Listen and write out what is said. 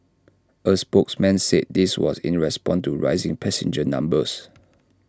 A spokesman said this was in response to rising passenger numbers